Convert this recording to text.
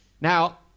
Now